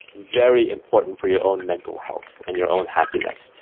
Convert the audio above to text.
very important for your own mental health and your own happiness.